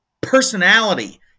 personality